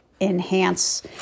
enhance